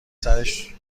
سرش